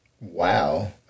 Wow